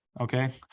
okay